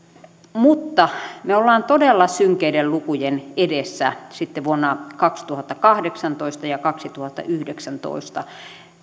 mutta me olemme todella synkeiden lukujen edessä sitten vuonna kaksituhattakahdeksantoista ja kaksituhattayhdeksäntoista